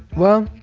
well,